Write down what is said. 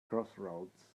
crossroads